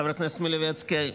חבר הכנסת מלביצקי,